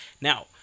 Now